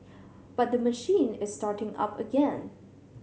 but the machine is starting up again